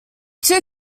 two